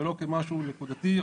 ולא כמשהו נקודתי.